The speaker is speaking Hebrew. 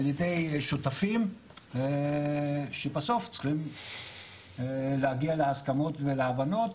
על ידי שותפים שבסוף צריכים להגיע להסכמות ולהבנות.